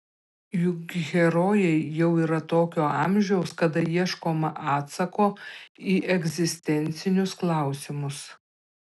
juk herojai jau yra tokio amžiaus kada ieškoma atsako į egzistencinius klausimus